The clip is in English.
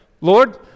Lord